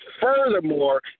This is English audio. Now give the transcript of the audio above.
furthermore